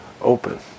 open